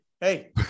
hey